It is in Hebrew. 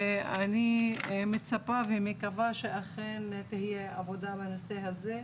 ואני מצפה ומקווה שאכן תהיה עבודה בנושא הזה.